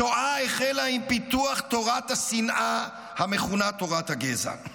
השואה החלה עם פיתוח תורת השנאה המכונה "תורת הגזע".